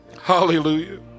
hallelujah